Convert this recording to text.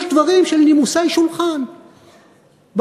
יש דברים של נימוסי שולחן בקואליציה,